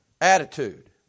attitude